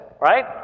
right